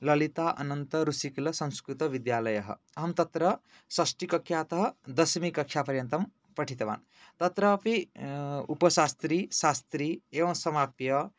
ललिता अनन्त ऋषिकुलसंस्कृतविद्यालयः अहं तत्र षष्टिकक्ष्यातः दशमिकक्ष्यापर्यन्तं पठितवान् तत्रापि उपशास्त्री शास्त्री एवं समाप्य